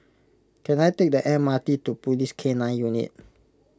can I take the M R T to Police K nine Unit